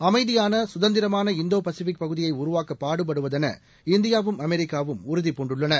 அமைதியான சுதந்திரமாள Indo Pacific பகுதியைஉருவாக்கபாடுபடுவதென இந்தியாவும் அமெரிக்காவும் உறுதிபூண்டுள்ளன